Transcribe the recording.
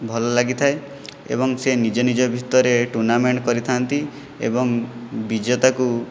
ଭଲ ଲାଗିଥାଏ ଏବଂ ସେ ନିଜ ନିଜ ଭିତରେ ଟୁର୍ଣ୍ଣାମେଣ୍ଟ କରିଥାନ୍ତି ଏବଂ ବିଜେତାକୁ